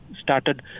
started